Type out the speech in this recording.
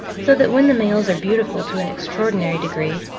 so that when the males are beautiful to an extraordinary degree,